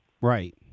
Right